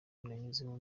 nanyuzemo